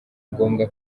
ngombwa